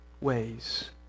ways